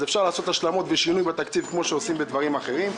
אז אפשר לעשות השלמות בשינוי בתקציב כמו שעושים בדברים אחרים.